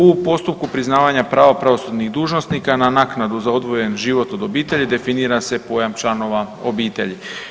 U postupku priznavanja prava pravosudnih dužnosnika na naknadu za odvojen život od obitelji definira se pojam članova obitelji.